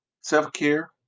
self-care